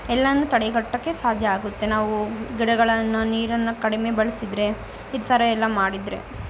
ಎಲ್ಲಾನು ತಡೆಗಟ್ಟೋಕ್ಕೆ ಸಾಧ್ಯ ಆಗುತ್ತೆ ನಾವು ಗಿಡಗಳನ್ನು ನೀರನ್ನು ಕಡಿಮೆ ಬಳಸಿದ್ರೆ ಈ ಥರ ಎಲ್ಲ ಮಾಡಿದರೆ